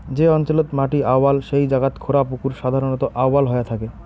যে অঞ্চলত মাটি আউয়াল সেই জাগাত খোঁড়া পুকুর সাধারণত আউয়াল হয়া থাকে